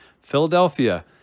Philadelphia